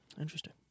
Interesting